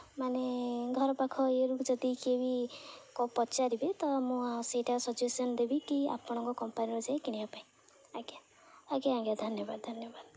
ମାନେ ଘର ପାଖ ଇଏରୁ ଯଦି କିଏ ବି ପଚାରିବେ ତ ମୁଁ ସେଇଟା ସଜେସନ୍ ଦେବି କି ଆପଣଙ୍କ କମ୍ପାନୀରୁ ଯାଇ କିଣିବା ପାଇଁ ଆଜ୍ଞା ଆଜ୍ଞା ଆଜ୍ଞା ଧନ୍ୟବାଦ ଧନ୍ୟବାଦ